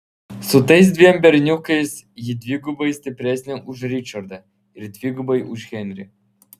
su tais dviem berniukais ji dvigubai stipresnė už ričardą ir dvigubai už henrį